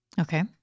Okay